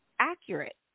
Accurate